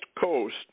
coast